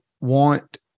want